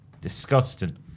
Disgusting